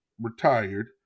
retired